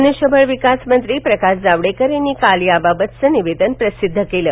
मनृष्यबळ विकास मंत्री प्रकाश जावडेकर यांनी काल याबाबतचं निवेदन प्रसिद्ध केलं